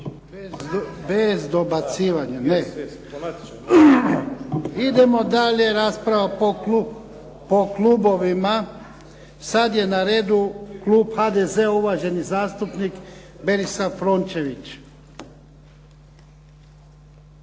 Bez dobacivanja. Idemo dalje. Rasprava po klubovima. Na redu je klub HDZ-a uvaženi zastupnik Berislav Rončević.